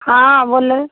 हाँ बोलिए